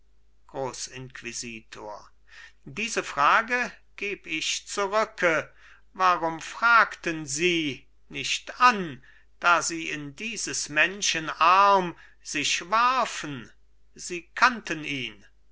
grossinquisitor diese frage geb ich zurücke warum fragten sie nicht an da sie in dieses menschen arm sich warfen sie kannten ihn